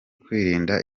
kwirinda